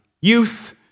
youth